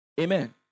Amen